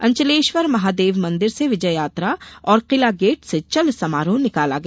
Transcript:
अचलेश्वर महादेव मंदिर से विजय यात्रा और किला गेट से चल समारोह निकाला गया